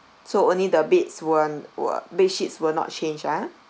so only the beds weren't were bed sheets were not changed ah